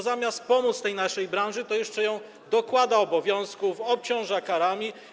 Zamiast pomóc tej naszej branży to jeszcze jej dokłada obowiązków, obciąża ją karami.